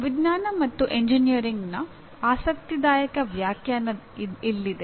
ವಿಜ್ಞಾನ ಮತ್ತು ಎಂಜಿನಿಯರಿಂಗ್ನ ಆಸಕ್ತಿದಾಯಕ ವ್ಯಾಖ್ಯಾನ ಇಲ್ಲಿದೆ